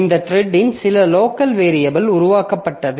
இந்த த்ரெட்டின் சில லோக்கல் வேரியபில் உருவாக்கப்பட்டது